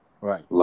right